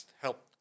help